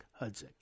Hudzik